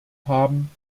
haben